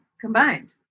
combined